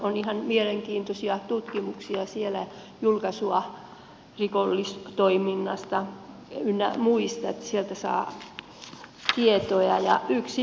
on ihan mielenkiintoisia tutkimuksia siellä julkaisua rikollistoiminnasta ynnä muista että sieltä saa tietoja